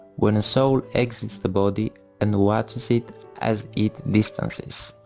when a soul exits the body and watches it as it distances.